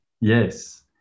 Yes